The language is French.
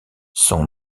sont